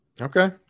Okay